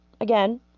again